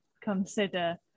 consider